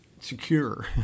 secure